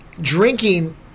drinking